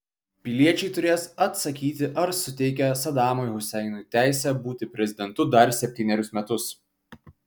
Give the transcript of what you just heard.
piliečiai turės atsakyti ar suteikia sadamui huseinui teisę būti prezidentu dar septynerius metus